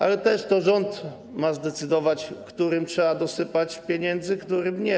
Ale to rząd ma zdecydować, którym trzeba dosypać pieniędzy, a którym nie.